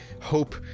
hope